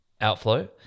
outflow